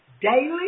daily